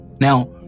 Now